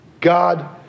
God